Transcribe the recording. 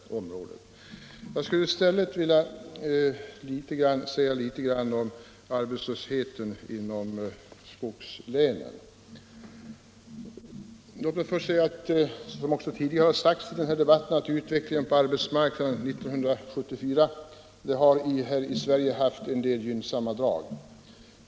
Jag skulle i stället vilja tala litet om arbetslösheten inom skogslänen. Låt mig först säga — det har nämnts tidigare i debatten — att utvecklingen på arbetsmarknaden 1974 i Sverige har haft en del gynnsamma drag.